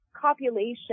copulation